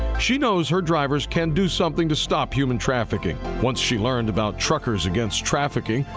she knows her drivers can do something to stop human trafficking. once she learned about truckers against trafficking,